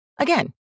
Again